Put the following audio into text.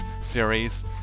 series